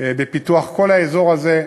בפיתוח כל האזור הזה.